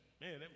man